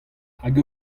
hag